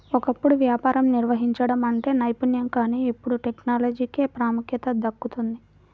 ఒకప్పుడు వ్యాపారం నిర్వహించడం అంటే నైపుణ్యం కానీ ఇప్పుడు టెక్నాలజీకే ప్రాముఖ్యత దక్కుతోంది